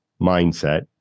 mindset